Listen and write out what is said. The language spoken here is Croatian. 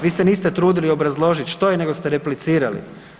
Vi se niste trudili obrazložit što je nego ste replicirali.